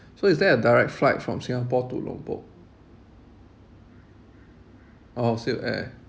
so is there a direct flight from Singapore to lombok orh silkair